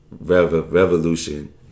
revolution